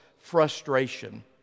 frustration